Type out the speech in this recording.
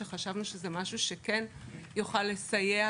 שחשבנו שזה משהו שכן יוכל לסייע